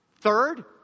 Third